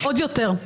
עוד יותר.